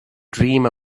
dream